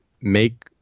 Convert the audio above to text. make